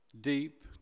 Deep